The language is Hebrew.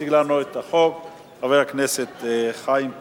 יציג לנו את החוק חבר הכנסת חיים כץ,